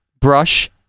brush